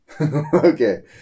Okay